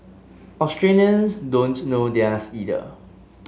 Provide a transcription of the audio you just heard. Australians don't know theirs either